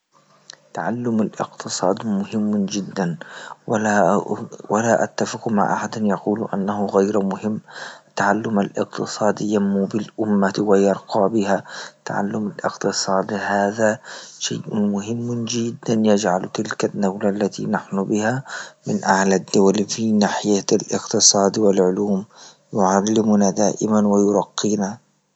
تعلم الإقتصاد مهم جدا ولا ولا أتفق مع أحد يقول أنه غير مهم، تعلم الإقتصاد ينمو بالأمة ويرقى بها تعلم الإقتصاد هذا شيء مهم جدا يجعل تلك الدولة التي نحن بها من أعلى الدول ناحية الإقتصاد والعلوم يعلمنا دائما ويرقينا.